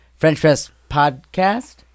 FrenchPressPodcast